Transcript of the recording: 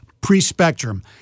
pre-spectrum